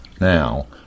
now